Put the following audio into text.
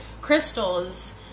crystals